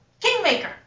Kingmaker